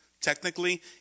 Technically